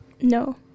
No